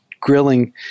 grilling